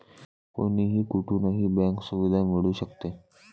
कोणीही कुठूनही बँक सुविधा मिळू शकते